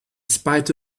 spite